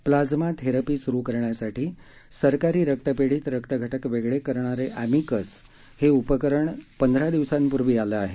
plasma therapy सुरू करण्यासाठी सरकारी रक्तपेढीत रक्तघटक वेगळे करणारे अॅमिकस हे उपकरण पंधरा दिवसापूर्वी आले आहे